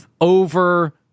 over